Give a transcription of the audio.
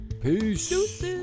peace